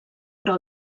però